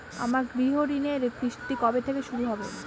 আমার গৃহঋণের কিস্তি কবে থেকে শুরু হবে?